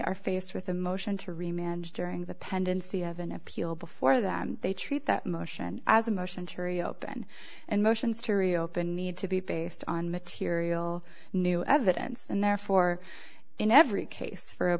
are faced with a motion to remand during the pendency of an appeal before them they treat that motion as a motion to reopen and motions to reopen need to be based on material new evidence and therefore in every case for